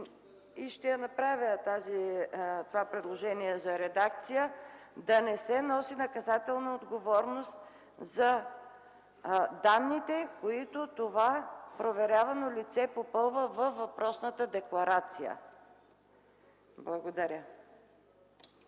Ще направя това предложение за редакция – да не се носи наказателна отговорност за данните, които това проверявано лице попълва във въпросната декларация. Благодаря.